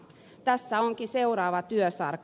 tässä onkin seuraava työsarka